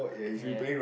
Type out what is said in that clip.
ya